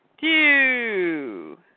two